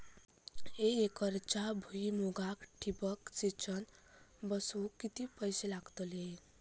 एक एकरच्या भुईमुगाक ठिबक सिंचन बसवूक किती पैशे लागतले?